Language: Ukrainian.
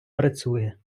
працює